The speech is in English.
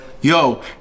yo